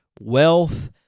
wealth